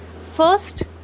First